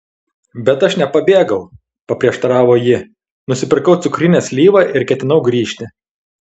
bet aš nepabėgau paprieštaravo ji nusipirkau cukrinę slyvą ir ketinau grįžti